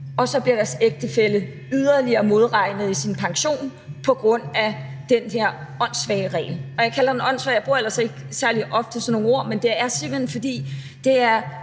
og så bliver deres ægtefæller yderligere modregnet i deres pension på grund af den her åndssvage regel. Når jeg kalder den åndssvag – og jeg bruger ellers ikke særlig ofte sådan nogle ord – er det simpelt hen, fordi det er